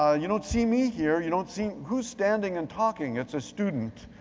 ah you don't see me here, you don't see, who's standing and talking? it's a student.